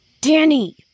Danny